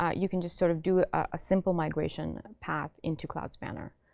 ah you can just sort of do a simple migration path into cloud spanner.